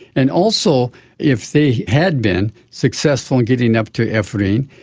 and also if they had been successful in getting up to afrin,